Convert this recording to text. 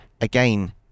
again